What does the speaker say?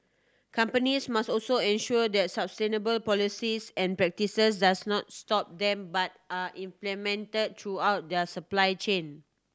companies must also ensure that sustainable policies and practices does not stop them but are implemented throughout their supply chain